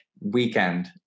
weekend